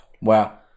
wow